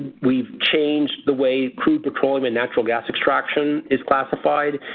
we've change the way crude, petroleum and natural gas extraction is classified.